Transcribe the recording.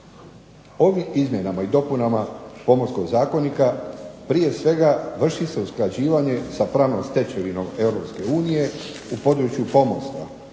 Ovim izmjenama i dopunama Pomorskog zakonika prije svega vrši se usklađivanje sa pravnom stečevinom EU u području pomorstva,